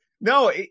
no